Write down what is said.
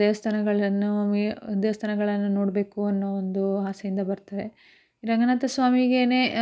ದೇವಸ್ಥಾನಗಳನ್ನು ದೇವಸ್ಥಾನಗಳನ್ನು ನೋಡಬೇಕು ಅನ್ನೋ ಒಂದು ಆಸೆಯಿಂದ ಬರ್ತಾರೆ ರಂಗನಾಥ ಸ್ವಾಮಿಗೇನೆ